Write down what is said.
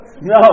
No